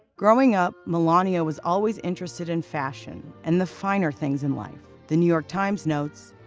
growing up, melania was always interested in fashion and the finer things in life. the new york times notes,